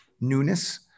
newness